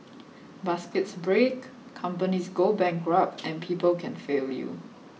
baskets break companies go bankrupt and people can fail you